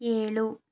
ಏಳು